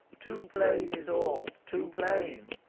too plain is all, too plain!